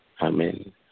Amen